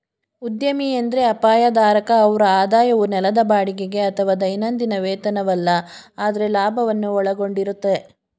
ಉದ್ಯಮಿ ಎಂದ್ರೆ ಅಪಾಯ ಧಾರಕ ಅವ್ರ ಆದಾಯವು ನೆಲದ ಬಾಡಿಗೆಗೆ ಅಥವಾ ದೈನಂದಿನ ವೇತನವಲ್ಲ ಆದ್ರೆ ಲಾಭವನ್ನು ಒಳಗೊಂಡಿರುತ್ತೆ